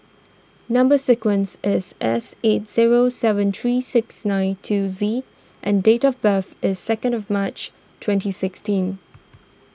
Number Sequence is S eight zero seven three six nine two Z and date of birth is second of March twenty sixteen